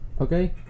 Okay